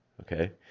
okay